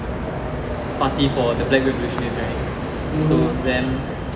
party for the black revolutionists right so then